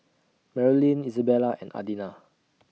Marolyn Izabella and Adina